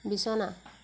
বিছনা